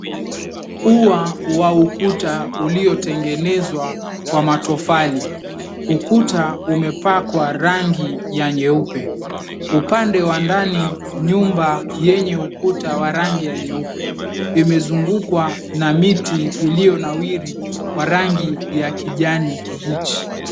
Ua wa ukuta uliotengenezwa kwa matofali. Ukuta umepakwa rangi ya nyeupe. Ukuta wa ndani nyumba yenye ukuta wa rangi ya nyeupe imezungukwa na miti iliyonawiri kwa rangi ya kijani kibichi.